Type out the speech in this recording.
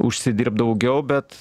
užsidirbt daugiau bet